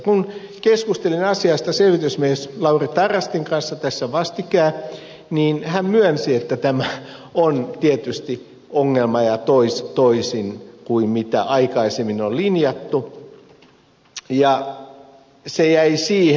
kun keskustelin asiasta selvitysmies lauri tarastin kanssa tässä vastikään niin hän myönsi että tämä on tietysti ongelma ja toisin kuin aikaisemmin on linjattu ja se jäi siihen